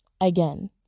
again